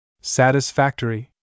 Satisfactory